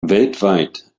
weltweit